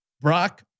Brock